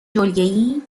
جلگهای